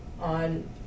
on